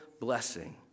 blessing